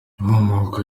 inkomoko